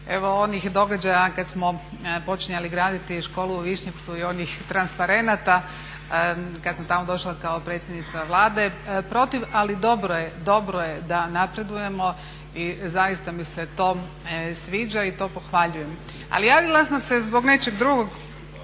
evo onih događaja kad smo počinjali graditi školu u Višnjevcu i onih transparenata kad sam tamo došla kao predsjednica Vlade protiv. Ali dobro je da napredujemo i zaista mi se to sviđa i to pohvaljujem. Ali javila sam se zbog nečeg drugog,